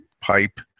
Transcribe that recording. pipe